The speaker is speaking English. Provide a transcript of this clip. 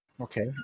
Okay